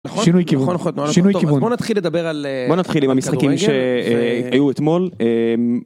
שינוי כיוון, שינוי כיוון. אז בוא נתחיל לדבר על כדורגל. בוא נתחיל עם המשחקים שהיו אתמול.